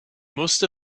most